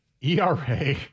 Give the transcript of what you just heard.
ERA